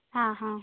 ആ ആ